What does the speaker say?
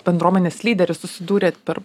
bendruomenės lyderis susidūrėt per